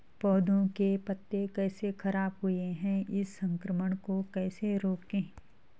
पौधों के पत्ते कैसे खराब हुए हैं इस संक्रमण को कैसे रोकें?